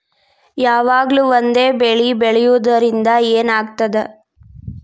ಯಾವಾಗ್ಲೂ ಒಂದೇ ಬೆಳಿ ಬೆಳೆಯುವುದರಿಂದ ಏನ್ ಆಗ್ತದ?